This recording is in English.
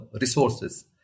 resources